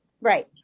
Right